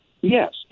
Yes